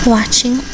Watching